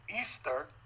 Easter